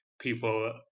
people